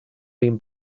been